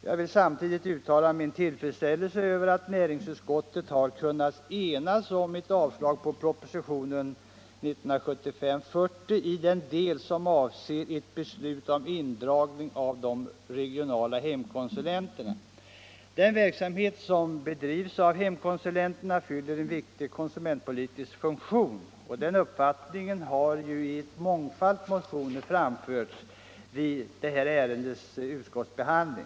Jag vill samtidigt uttala min tillfredsställelse över att näringsutskottet har kunnat enas om ett avslag på propositionen 40 i den del som avser ett beslut om indragning av de regionala hemkonsulenterna. Den verksamhet som bedrivs av dessa fyller en viktig konsumentpolitisk funktion. Den uppfattningen har framförts i en mångfald motioner vid detta ärendes utskottsbehandling.